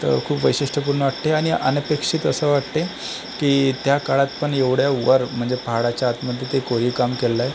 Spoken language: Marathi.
तर खूप वैशिष्ट्यपूर्ण वाटते आणि अनपेक्षित असं वाटते की त्या काळात पण एवढ्या वर म्हणजे पहाडाच्या आतमध्ये ते कोरीव काम केलेलं आहे